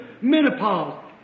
menopause